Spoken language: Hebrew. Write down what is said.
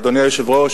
אדוני היושב-ראש,